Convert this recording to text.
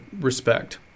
respect